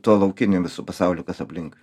tuo laukiniu visu pasauliu kas aplink